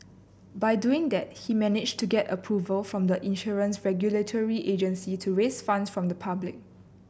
by doing that he managed to get approval from the insurance regulatory agency to raise funds from the public